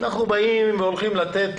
אנחנו הולכים לתת